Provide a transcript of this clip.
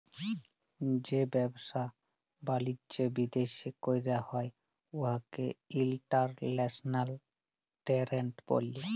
যে ব্যবসা বালিজ্য বিদ্যাশে ক্যরা হ্যয় উয়াকে ইলটারল্যাশলাল টেরেড ব্যলে